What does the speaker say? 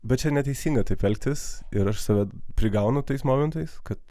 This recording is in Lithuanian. bet čia neteisinga taip elgtis ir aš save prigaunu tais momentais kad